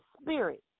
spirit